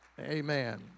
Amen